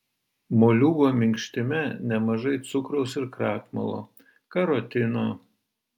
moliūgo minkštime nemažai cukraus ir krakmolo karotino